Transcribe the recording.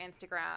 Instagram